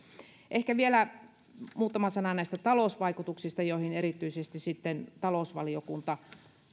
ehkä vielä muutama sana näistä talousvaikutuksista joihin erityisesti talousvaliokunta